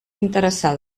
interessada